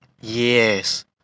Yes